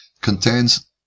contains